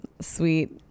sweet